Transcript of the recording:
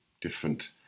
different